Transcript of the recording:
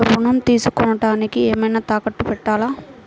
ఋణం తీసుకొనుటానికి ఏమైనా తాకట్టు పెట్టాలా?